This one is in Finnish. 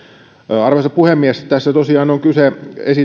arvoisa puhemies tässä tosiaan on kyse